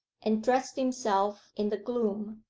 and dressed himself in the gloom.